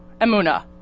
Emuna